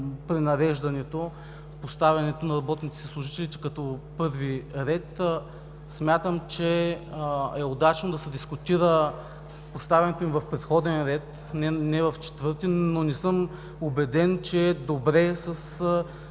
пренареждането, поставянето на работниците и служителите като първи ред. Смятам, че е удачно да се дискутира поставянето им в предходен ред – не в четвърти, но не съм убеден, че е добре с